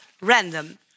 random